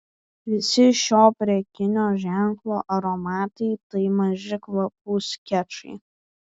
visi šio prekinio ženklo aromatai tai maži kvapų skečai